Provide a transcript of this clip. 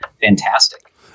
fantastic